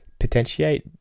potentiate